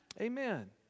Amen